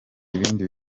ibindi